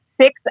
six